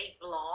blog